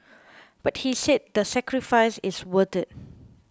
but he said the sacrifice is worth it